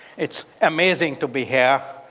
it's amazing to be here.